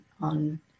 on